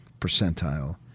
percentile